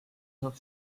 saab